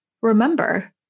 remember